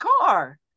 car